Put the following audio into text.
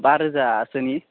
बा रोजासोनि